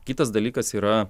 kitas dalykas yra